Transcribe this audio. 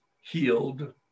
healed